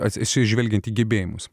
atsižvelgiant į gebėjimus